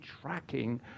tracking